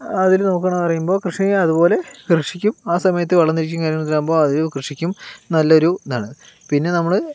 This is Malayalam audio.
അതിൽ നോക്കുകയാണെന്ന് പറയുമ്പോൾ കൃഷി അതുപോലെ കൃഷിക്കും ആ സമയത്ത് വെള്ളം തിരിക്കലും കാര്യങ്ങളാകുമ്പോൾ അത് കൃഷിക്കും നല്ലൊരു ഇതാണ് പിന്നെ നമ്മൾ